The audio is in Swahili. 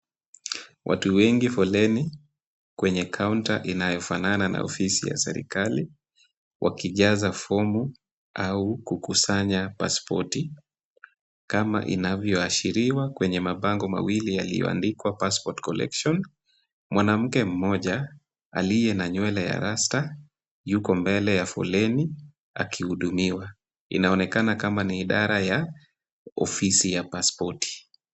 Watu wengi foleni, kwenye kaunta inayofanana na ofisi ya serikali, wakijaza fomu au kukusanya pasipoti. Kama inavyoashiriwa kwenye mabango mawili yaliyoandikwa passport collection , mwanamke mmoja aliye na nywele ya rasta yuko mbele ya foleni akihudumiwa. Inaonekana kama ni idara ya ofisi ya pasipoti.